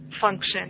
function